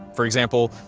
for example,